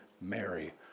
Mary